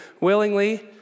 willingly